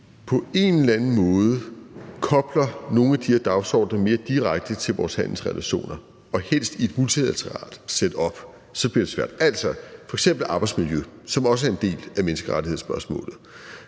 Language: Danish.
på en eller anden måde kobler nogle af de her dagsordener mere direkte til vores handelsrelationer og helst i et multilateralt setup, så bliver det svært. Tag f.eks. arbejdsmiljø, som også er en del af menneskerettighedsspørgsmålet: